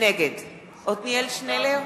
נגד עתניאל שנלר,